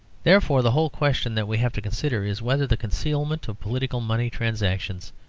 therefore, the whole question that we have to consider is whether the concealment of political money-transactions,